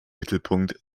mittelpunkt